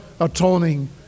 atoning